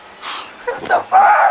Christopher